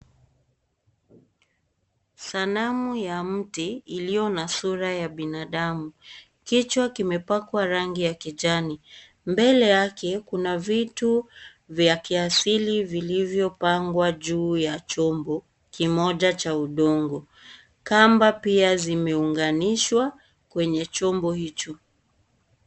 Sanamu ya mti, iliyo na sura ya binadamu. Kichwa kimepakwa rangi ya kijani. Mbele yake kuna vitu vya kiasili vilivyo pangwa juu ya chombo kimoja cha hudhurungi . Kamba pia zimeunganishwa kwenye chombo hicho.